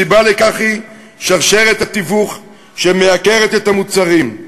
הסיבה לכך היא שרשרת התיווך שמייקרת את המוצרים.